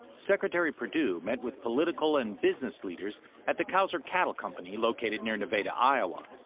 secretary perdue met with political and business leaders at the couser cattle company located near nevada, iowa.